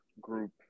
group